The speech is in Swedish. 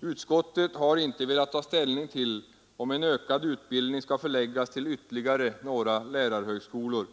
Utskottet har inte velat ta ställning till om en ökad utbildning skall förläggas till ytterligare några lärarhögskolor.